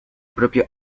propio